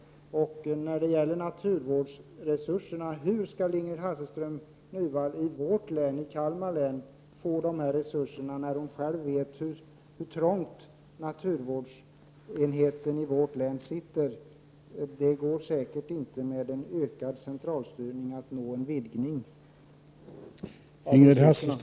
Vad gäller naturvårdsresurserna: Hur skall Ingrid Hasselström Nyvall få sådana resurser till vårt län, Kalmar län, med tanke på hur trångt naturvårdsenheten i vårt län sitter? Det går säkerligen inte att få till stånd en utökning med hjälp av en ökad centralstyrning.